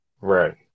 right